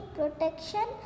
protection